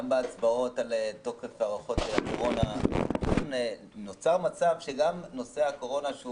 גם בהצבעות על תוקף הארכות תקנות הקורונה נוצר מצב שגם נושא הקורונה הוא